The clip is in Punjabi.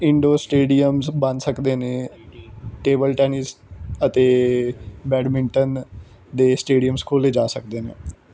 ਇੰਡੋ ਸਟੇਡੀਅਮਸ ਬਣ ਸਕਦੇ ਨੇ ਟੇਬਲ ਟੈਨਿਸ ਅਤੇ ਬੈਡਮਿੰਟਨ ਦੇ ਸਟੇਡੀਅਮਸ ਖੋਲ੍ਹੇ ਜਾ ਸਕਦੇ ਨੇ